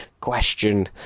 question